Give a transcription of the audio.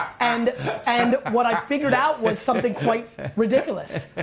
and and what i figured out was something quite ridiculous.